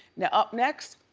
now up next,